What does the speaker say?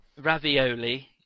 Ravioli